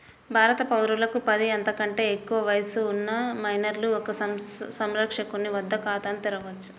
భారత పౌరులకు పది, అంతకంటే ఎక్కువ వయస్సు ఉన్న మైనర్లు ఒక సంరక్షకుని వద్ద ఖాతాను తెరవవచ్చు